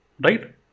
Right